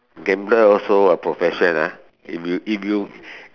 gambler also a profession ah if you if you